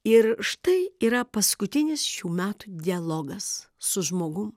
ir štai yra paskutinis šių metų dialogas su žmogum